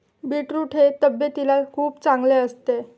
beetroot हे तब्येतीला खूप चांगले असते